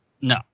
No